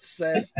says